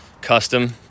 custom